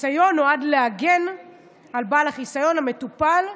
החיסיון נועד להגן על בעל החיסיון, המטופל,